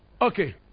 Okay